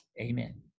Amen